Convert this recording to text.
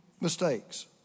mistakes